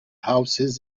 houses